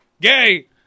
gay